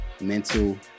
mental